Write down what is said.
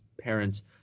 parents